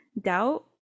doubt